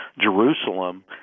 Jerusalem